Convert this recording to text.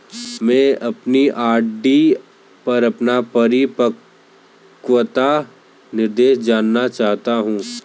मैं अपनी आर.डी पर अपना परिपक्वता निर्देश जानना चाहता हूँ